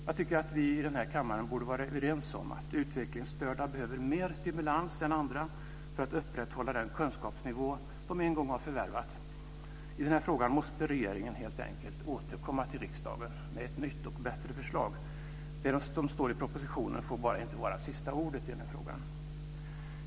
Jag tycker att vi i den här kammaren borde vara överens om att utvecklingsstörda behöver mer stimulans än andra för att upprätthålla den kunskapsnivå som de en gång har förvärvat. I den här frågan måste regeringen helt enkelt återkomma till riksdagen med ett nytt och bättre förslag. Det som står i propositionen får bara inte vara sista ordet i denna fråga.